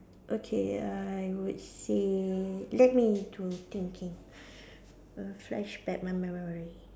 okay I would say let me to thinking err flashback my memory